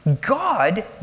God